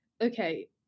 okay